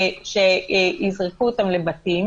שיזרקו אותם לבתים